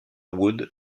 wood